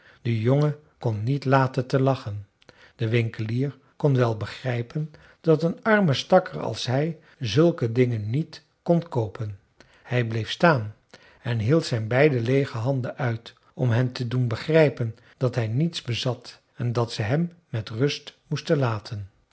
de jongen kon niet laten te lachen de winkelier kon wel begrijpen dat een arme stakker als hij zulke dingen niet kon koopen hij bleef staan en hield zijn beide leege handen uit om hen te doen begrijpen dat hij niets bezat en dat ze hem met rust moesten laten